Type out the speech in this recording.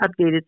updated